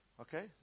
Okay